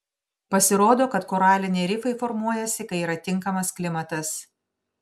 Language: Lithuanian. pasirodo kad koraliniai rifai formuojasi kai yra tinkamas klimatas